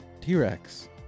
T-Rex